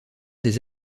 des